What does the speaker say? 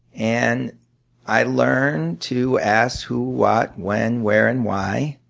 and i learned to ask who, what, when, where, and why